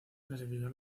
clasificar